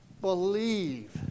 believe